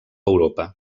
europa